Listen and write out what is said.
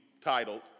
titled